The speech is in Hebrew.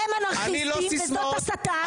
הם אנרכיסטים וזאת הסתה.